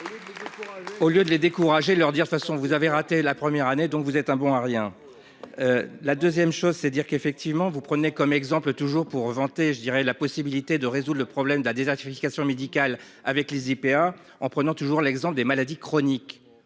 Au lieu de les décourager leur dire de toute façon vous avez raté la première année. Donc vous êtes un bon à rien. La 2ème chose. C'est dire qu'effectivement vous prenez comme exemple, toujours pour vanter je dirai la possibilité de résoudre le problème de la désertification médicale avec les IPA en prenant toujours l'exemple des maladies chroniques.